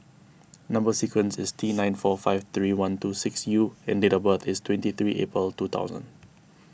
Number Sequence is T nine four five three one two six U and date of birth is twenty three April two thousand